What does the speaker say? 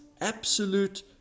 absolute